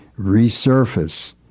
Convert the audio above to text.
resurface